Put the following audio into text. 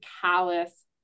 callous